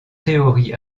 théorie